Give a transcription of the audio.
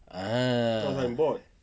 ah